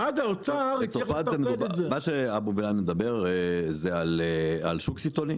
מה שהוא מדבר זה לעשות משהו כמו שוק סיטונאי.